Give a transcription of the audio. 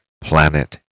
planet